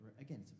Again